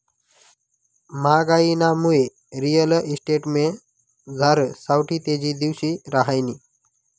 म्हागाईनामुये रिअल इस्टेटमझार सावठी तेजी दिवशी रहायनी